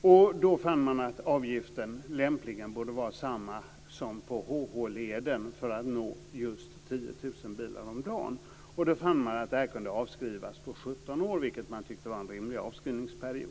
För att nå just 10 000 bilar om dagen borde avgiften lämpligen vara samma som på HH-leden. Man fann att det här kunde avskrivas på 17 år, vilket man tyckte var en rimlig avskrivningsperiod.